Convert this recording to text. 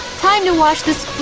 time to was the